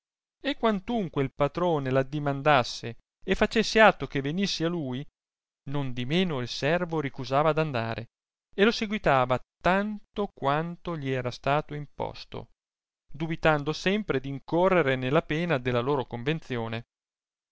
e quantunque il patrone l'addimandasse e facesse atto che venisse a lui nondimeno il servo ricusava d'andare e lo seguitava tanto quanto gli era stato imposto dubitando sempre d'incorrere nella pena della loro convenzione